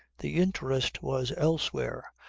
the interest was elsewhere,